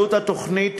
עלות התוכנית